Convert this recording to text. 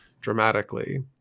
dramatically